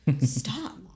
stop